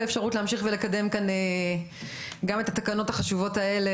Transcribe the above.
האפשרות להמשיך ולקדם כאן גם את התקנות החדשות האלה,